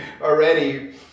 already